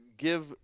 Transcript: Give